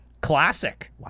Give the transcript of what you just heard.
Classic